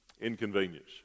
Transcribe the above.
Inconvenience